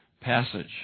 passage